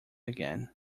again